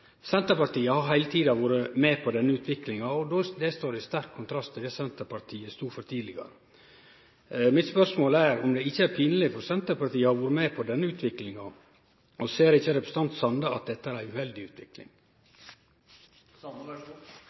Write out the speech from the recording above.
Senterpartiet har heile tida vore med på denne utviklinga, og det står i sterk kontrast til det Senterpartiet stod for tidlegare. Mitt spørsmål er om det ikkje er pinleg for Senterpartiet at dei har vore med på denne utviklinga. Ser ikkje representanten Sande at dette er ei uheldig utvikling?